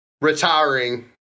retiring